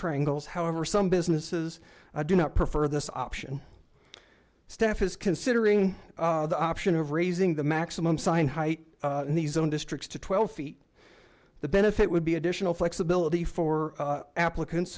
triangles however some businesses do not prefer this option steph is considering the option of raising the maximum sine height in the zone districts to twelve feet the benefit would be additional flexibility for applicants